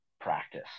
practice